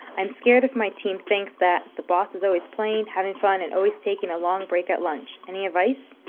i'm scared if my team thinks that, the boss is always playing, having fun, and always taking a long break at lunch any advice?